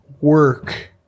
work